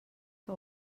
que